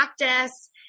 practice